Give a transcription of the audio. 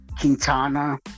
Quintana